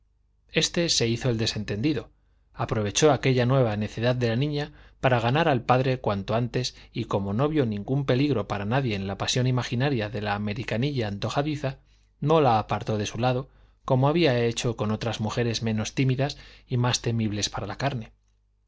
este se hizo el desentendido aprovechó aquella nueva necedad de la niña para ganar al padre cuanto antes y como no vio ningún peligro para nadie en la pasión imaginaria de la americanilla antojadiza no la apartó de su lado como había hecho con otras mujeres menos tímidas y más temibles para la carne